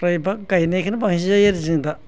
फ्राय गायनायखौनो बांसिन जायो आरो जों दा